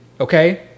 okay